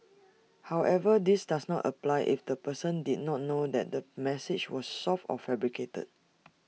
however this does not apply if the person did not know that the message was false or fabricated